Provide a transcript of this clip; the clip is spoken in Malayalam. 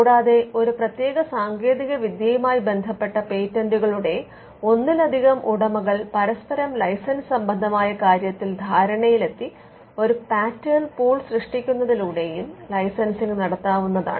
കൂടാതെ ഒരു പ്രത്യേക സാങ്കേതികവിദ്യയുമായി ബന്ധപ്പെട്ട പേറ്റന്റുകളുടെ ഒന്നിലധികം ഉടമകൾ പരസ്പരം ലൈസൻസ് സംബന്ധമായ കാര്യത്തിൽ ധാരണയിൽ എത്തി ഒരു പാറ്റേൺ പൂൾ സൃഷ്ടിക്കുന്നതിലൂടെയും ലൈസൻസിംഗ് നടത്താവുന്നതാണ്